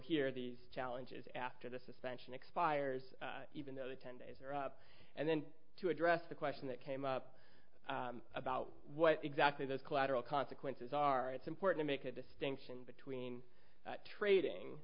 hear these challenges after the suspension expires even though the ten days are up and then to address the question that came up about what exactly those collateral consequences are it's important to make a distinction between trading